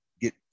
get